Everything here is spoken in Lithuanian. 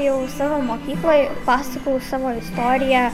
jau savo mokykloj pasakojau savo istoriją